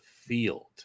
field